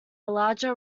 larger